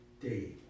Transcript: day